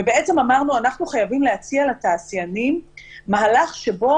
אמרנו: אנחנו חייבים להציע לתעשיינים מהלך שבו